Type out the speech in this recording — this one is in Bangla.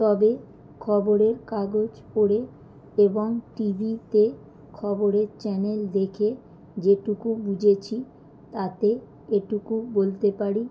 তবে খবরের কাগজ পড়ে এবং টি ভিতে খবরের চ্যানেল দেখে যেটুকু বুঝেছি তাতে এটুকু বলতে পারি